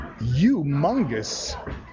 humongous